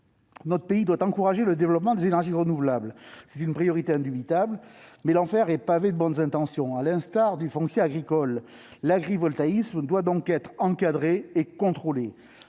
Notre pays doit encourager le développement des énergies renouvelables. C'est une priorité indubitable. Toutefois, l'enfer est pavé de bonnes intentions. À l'instar du foncier agricole, l'agrivoltaïsme doit donc être encadré et contrôlé.